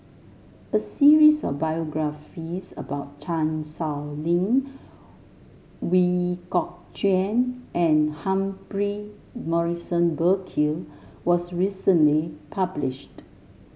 a series of biographies about Chan Sow Lin Ooi Kok Chuen and Humphrey Morrison Burkill was recently published